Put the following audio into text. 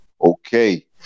Okay